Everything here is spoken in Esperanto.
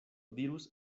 dirus